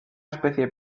especie